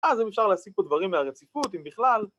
‫אז אפשר להסיק פה דברים מהרציפות ‫אם בכלל.